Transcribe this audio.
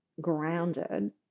grounded